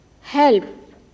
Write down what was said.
help